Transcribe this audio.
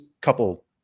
couple